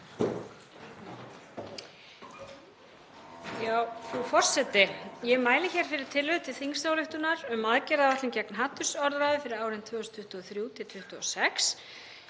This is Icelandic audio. Frú forseti. Ég mæli hér fyrir tillögu til þingsályktunar um aðgerðaáætlun gegn hatursorðræðu fyrir árin 2023–2026.